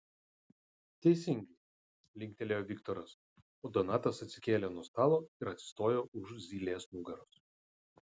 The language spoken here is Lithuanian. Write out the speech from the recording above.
teisingai linktelėjo viktoras o donatas atsikėlė nuo stalo ir atsistojo už zylės nugaros